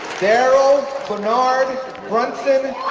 darryl bernard brunson,